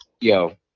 Yo